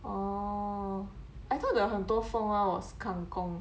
oh I thought the 很多风 one was kang kong